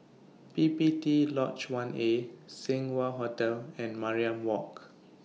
P P T Lodge one A Seng Wah Hotel and Mariam Walk